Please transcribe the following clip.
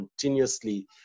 continuously